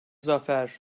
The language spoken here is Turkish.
zafer